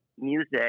music